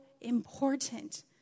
important